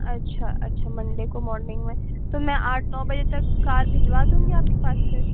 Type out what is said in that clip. اچھا اچھا منڈے کو مارننگ میں تو میں آٹھ نو بجے تک کار بھیجوا دوں گی آپ کے پاس سر